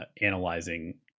analyzing